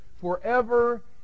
forever